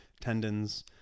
tendons